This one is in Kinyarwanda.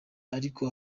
ariko